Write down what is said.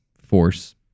force